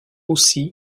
aussi